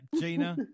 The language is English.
Gina